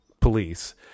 police